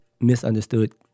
misunderstood